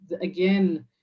again